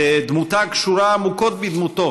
שדמותה קשורה עמוקות בדמותו,